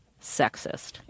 sexist